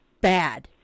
bad